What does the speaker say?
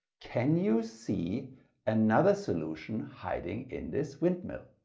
can you see another solution hiding in this windmill?